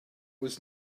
was